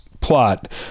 plot